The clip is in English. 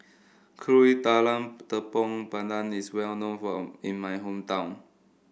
Kuih Talam Tepong Pandan is well known phone in my hometown